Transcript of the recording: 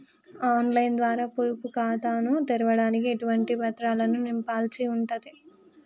On line ద్వారా పొదుపు ఖాతాను తెరవడానికి ఎటువంటి పత్రాలను నింపాల్సి ఉంటది?